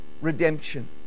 redemption